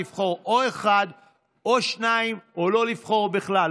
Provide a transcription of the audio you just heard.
לבחור או אחד או שניים או לא לבחור בכלל.